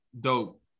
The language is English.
dope